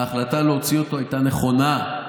ההחלטה להוציא אותו הייתה נכונה.